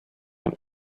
ein